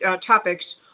topics